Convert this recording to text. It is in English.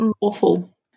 awful